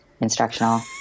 instructional